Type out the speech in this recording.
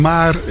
Maar